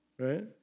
right